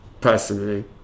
personally